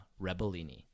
Rebellini